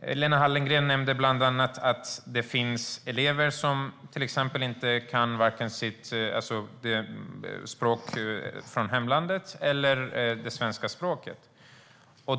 går där. Lena Hallengren nämnde bland annat att det finns elever som inte kan vare sig hemlandets språk eller det svenska språket.